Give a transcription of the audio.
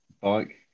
bike